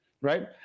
right